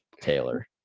Taylor